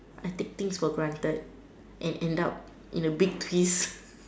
I take things for granted and ended up with a big piece